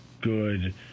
good